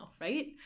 right